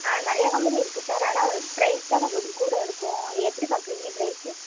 ஆ நிறையா கம்பெனி இருக்குது சார் ஆனால் ப்ரைஸ் தான் கொஞ்சம் கூட இருக்கும் எப்படி பார்க்குறிங்க ப்ரைஸு